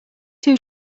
two